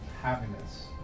happiness